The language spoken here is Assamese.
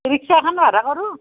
ৰিক্সা এখন ভাড়া কৰোঁ